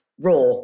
raw